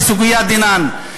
"לסוגיה דנן".